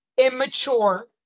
immature